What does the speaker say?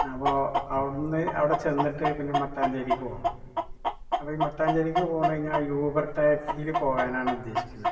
അപ്പോൾ അവിടെ നിന്ന് അവിടെ ചെന്നിട്ട് പിന്നെ മട്ടാഞ്ചേരിക്ക് പോകണം അപ്പം ഈ മട്ടാഞ്ചേരിക്ക് പോണേഞ്ഞാ യൂബര് ടാക്സിയിൽ പോകാനാണ് ഉദ്ദേശിക്കുന്നത്